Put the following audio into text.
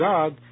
God